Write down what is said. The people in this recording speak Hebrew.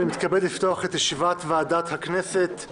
אני מתכבד לפתוח את ישיבת ועדת הכנסת.